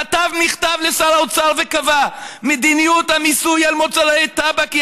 כתב מכתב לשר האוצר וקבע: מדיניות המיסוי של מוצרי טבק היא